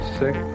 sick